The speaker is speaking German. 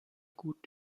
gut